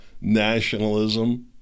Nationalism